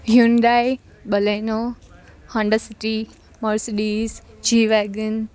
Hyundai Baleno Honda City Mercedes જીવેઘન